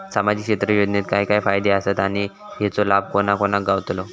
सामजिक क्षेत्र योजनेत काय काय फायदे आसत आणि हेचो लाभ कोणा कोणाक गावतलो?